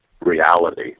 reality